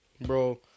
Bro